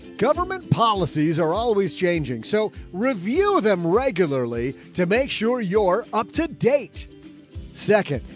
government policies are always changing. so review them regularly to make sure you're up-to-date second,